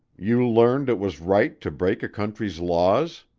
you learned it was right to break a country's laws?